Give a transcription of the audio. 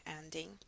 ending